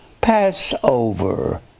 Passover